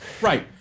Right